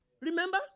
Remember